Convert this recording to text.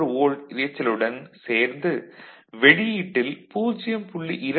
1 volt இரைச்சலுடன் சேர்ந்து வெளியீட்டில் 0